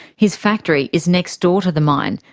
his factory is next door to the mine,